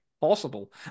Possible